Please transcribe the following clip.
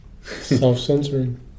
Self-censoring